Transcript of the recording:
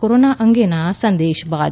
corona અંગેના આ સંદેશ બાદ